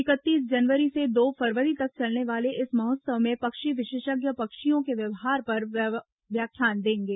इकतीस जनवरी से दो फरवरी तक चलने वाले इस महोत्सव में पक्षी विशेषज्ञ पक्षियों के व्यवहार पर व्याख्यान देंगे